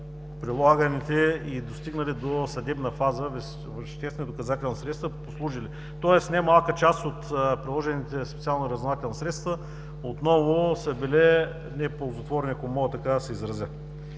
прилаганите и достигнали до съдебна фаза веществени доказателствени средства, послужили... Тоест немалка част от приложените специални разузнавателни средства отново са били неползотворни, ако мога така да се изразя.